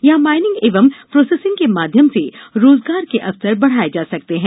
यहाँ माइनिंग एवं प्रोसेसिंग के माध्यम से रोजगार के अवसर बढाये जा सकते हैं